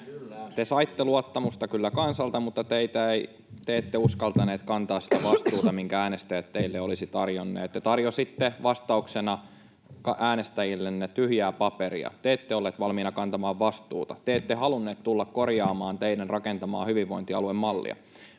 Te saitte kyllä luottamusta kansalta, mutta te ette uskaltaneet kantaa sitä vastuuta, minkä äänestäjät teille olisivat tarjonneet. Te tarjositte vastauksena äänestäjillenne tyhjää paperia. Te ette olleet valmiina kantamaan vastuuta. Te ette halunneet tulla korjaamaan teidän rakentamaanne hyvinvointialuemallia.